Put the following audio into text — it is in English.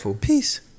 Peace